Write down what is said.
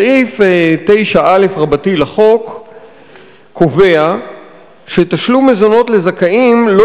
סעיף 9א לחוק קובע שתשלום מזונות לזכאים לא